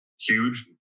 huge